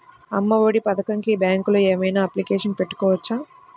అమ్మ ఒడి పథకంకి బ్యాంకులో అప్లికేషన్ ఏమైనా పెట్టుకోవచ్చా?